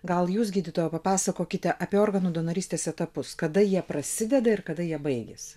gal jūs gydytojau papasakokite apie organų donorystės etapus kada jie prasideda ir kada jie baigiasi